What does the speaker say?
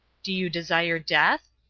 do you desire death?